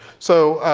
so